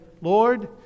Lord